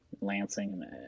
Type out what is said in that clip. lansing